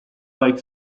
like